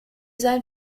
sein